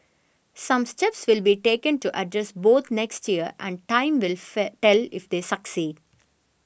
some steps will be taken to address both next year and time will fell tell if they succeed